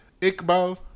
Iqbal